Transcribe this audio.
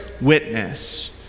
witness